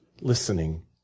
listening